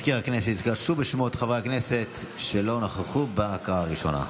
מזכיר הכנסת יקרא שוב בשמות חברי הכנסת שלא נכחו בהקראה הראשונה.